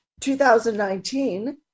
2019